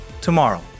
tomorrow